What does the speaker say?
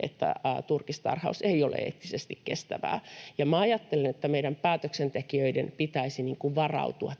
että turkistarhaus ei ole eettisesti kestävää, ja ajattelen, että meidän päätöksentekijöiden pitäisi varautua tähän